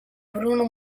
bruno